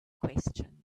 question